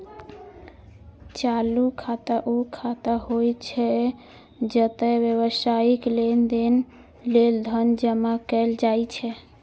चालू खाता ऊ खाता होइ छै, जतय व्यावसायिक लेनदेन लेल धन जमा कैल जाइ छै